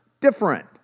different